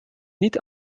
niet